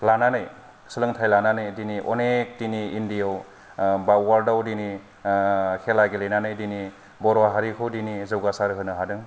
लानानै सोलोंथाइ लानानै दिनै अनेग दिनै इन्डियाव बा वाल्डयाव दिनै खेला गेलेनानै दिनै बर'हारिखौ दिनै जौगासार होनो हादों